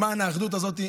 למען האחדות הזאת.